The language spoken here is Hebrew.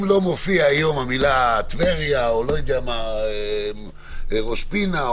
אם לא מופיעה היום המילה "טבריה" או "ראש פינה",